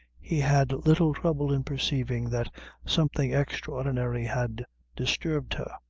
he had little trouble in perceiving that something extraordinary had disturbed her.